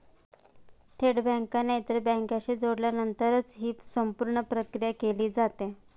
थेट बँकांना इतर बँकांशी जोडल्यानंतरच ही संपूर्ण प्रक्रिया केली जाते